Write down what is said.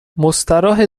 مستراحه